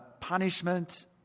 punishment